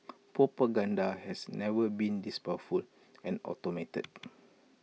propaganda has never been this powerful and automated